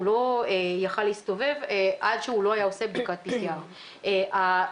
הוא לא יכול היה להסתובב עד שהוא לא היה עושה בדיקת PCR. הבעיה